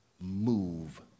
move